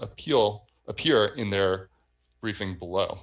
appeal appear in their briefing below